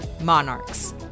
Monarchs